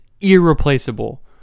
irreplaceable